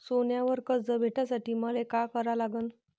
सोन्यावर कर्ज भेटासाठी मले का करा लागन?